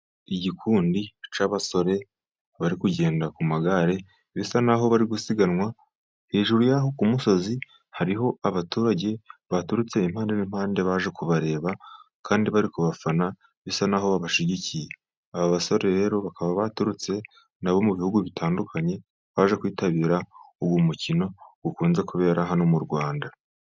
Igikundi cy'abasore bari kugenda ku magare bisa n'aho bari gusiganwa, hejuru y'aho ku musozi hariho abaturage baturutse impande n'impande baje kubareba, kandi bari kubafana bisa nk'aho babashyigikiye, aba basore rero bakaba baturutse na bo mu bihugu bitandukanye baje kwitabira uwo mukino ukunze kubera hano mu Rwanda.